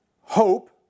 hope